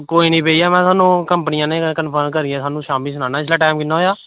कोई निं भैया में थाह्नूं कंपनी आह्ले नै कंफर्म करियै शामीं सनाना इसलै टैम केह् होया